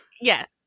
Yes